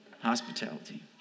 hospitality